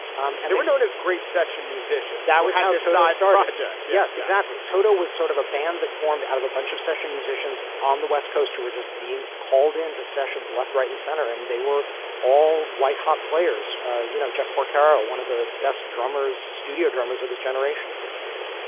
um and it was known as great session musician. that was a side dart highjacked. yes, exactly. toto was sort of a band that formed out of a bunch of session musicians on the west coast who were just being called into sessions left, right and center. and they were all white-hot players you know, jeff porcaro, one of the best drummers, studio drummers of his generation, for example,